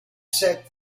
set